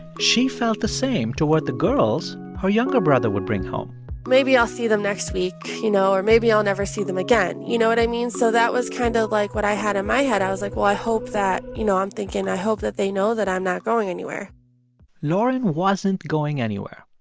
she felt the same toward the girls her younger brother would bring home maybe i'll see them next week, you know, or maybe i'll never see them again. you know what i mean? so that was kind of like what i had in my head. i was like, well, i hope that you know, i'm thinking, i hope that they know that i'm not going anywhere lauren wasn't going anywhere.